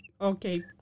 okay